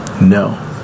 no